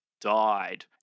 died